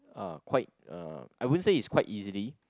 ah quite uh I wouldn't is quite easily